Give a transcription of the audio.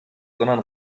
sondern